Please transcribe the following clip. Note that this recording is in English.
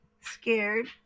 scared